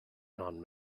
non